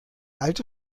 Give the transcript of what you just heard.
alte